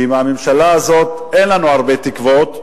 כי מהממשלה הזאת אין לנו הרבה תקוות,